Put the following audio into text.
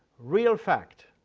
real fact.